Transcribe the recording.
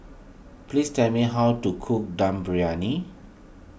please tell me how to cook Dum Briyani